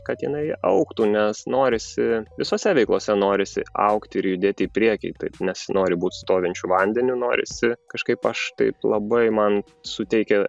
kad jinai augtų nes norisi visose veiklose norisi augti ir judėti į priekį taip nesinori būt stovinčiu vandeniu norisi kažkaip aš taip labai man suteikia